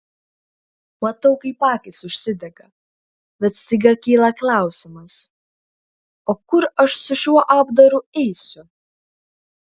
matau kaip akys užsidega bet staiga kyla klausimas o kur aš su šiuo apdaru eisiu